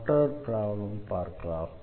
மற்றொரு ப்ராப்ளம் பார்க்கலாம்